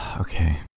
okay